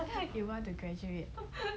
if you want to graduate